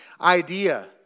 idea